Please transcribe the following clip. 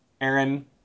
Aaron